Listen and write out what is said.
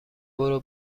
برو